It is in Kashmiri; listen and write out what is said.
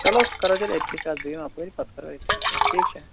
چَلو سُہ کٔرِو تیٚلہِ أتۍتھٕے کتھ بہٕ یِمہٕ اپٲرۍ پَتہٕ کَرو أتۍتھِٕے کتھ ٹھیٖک چھا